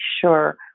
sure